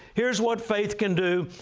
here's what faith can do,